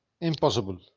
impossible